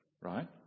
Right